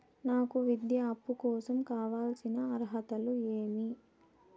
నాకు విద్యా అప్పు కోసం కావాల్సిన అర్హతలు ఏమి?